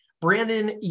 Brandon